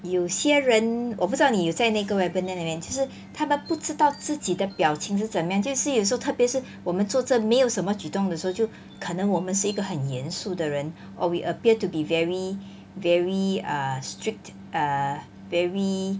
有些人我不知道你有在那个 webinar 里面其实他们不知道自己的表情是怎么样就是时候特别是我们坐着没有什么举动的时候就可能我们是一个很严肃的人 or we appear to be very very err strict err very